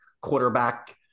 quarterback